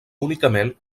únicament